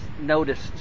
noticed